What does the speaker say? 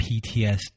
PTSD